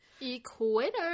Equator